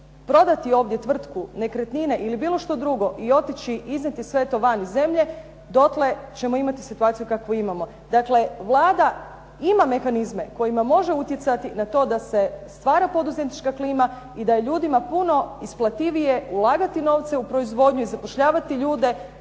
prodati ovdje tvrtku, nekretnine ili bilo što drugo i otići, iznijeti sve to van zemlje dotle ćemo imati situaciju kakvu imamo. Dakle, Vlada ima mehanizme kojima može utjecati na to da se stvara poduzetnička klima i da je ljudima puno isplativije ulagati novce u proizvodnju i zapošljavati ljude